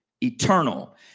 eternal